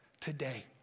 today